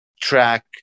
track